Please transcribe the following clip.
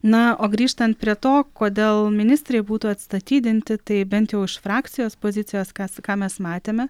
na o grįžtant prie to kodėl ministrai būtų atstatydinti tai bent jau iš frakcijos pozicijos kas ką mes matėme